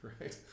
Right